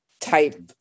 type